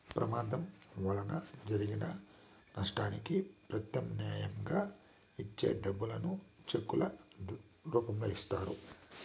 ప్రమాదం వలన జరిగిన నష్టానికి ప్రత్యామ్నాయంగా ఇచ్చే డబ్బులను చెక్కుల రూపంలో ఇత్తారు